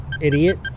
idiot